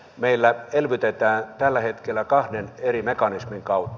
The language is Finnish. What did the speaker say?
meillä elvytetään tällä hetkellä kahden eri mekanismin kautta